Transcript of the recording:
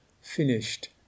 finished